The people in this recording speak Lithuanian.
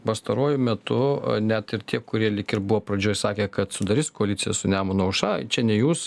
pastaruoju metu net ir tie kurie lyg ir buvo pradžioj sakę kad sudaris koaliciją su nemuno aušra čia ne jūs